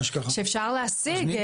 דברים שאפשר להשיג.